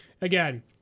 Again